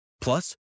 Plus